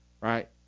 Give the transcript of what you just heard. right